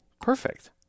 Perfect